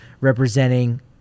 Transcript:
representing